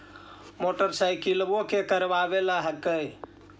मोटरसाइकिलवो के करावे ल हेकै?